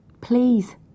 Please